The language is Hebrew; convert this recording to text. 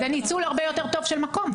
זה ניהול הרבה יותר טוב של מקום.